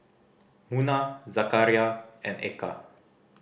Munah Zakaria and Eka